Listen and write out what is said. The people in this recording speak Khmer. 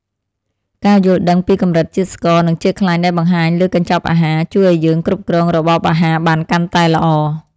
ការយល់ដឹងពីកម្រិតជាតិស្ករនិងជាតិខ្លាញ់ដែលបង្ហាញលើកញ្ចប់អាហារ ជួយឱ្យយើងគ្រប់គ្រងរបបអាហារបានកាន់តែល្អ។